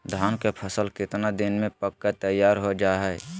धान के फसल कितना दिन में पक के तैयार हो जा हाय?